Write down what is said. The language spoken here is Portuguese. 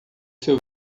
seu